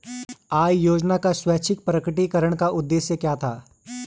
आय योजना का स्वैच्छिक प्रकटीकरण का उद्देश्य क्या था?